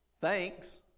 Thanks